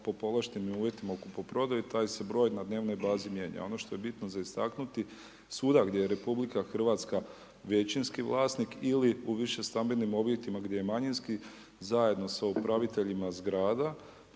po povlaštenim uvjetima u kupoprodaju. Taj se broj na dnevnoj bazi mijenja. Ono što je bitno za istaknuti, svuda gdje je RH većinski vlasnik ili u više stambenih objektima gdje je manjinski, zajedno sa upraviteljima zgrada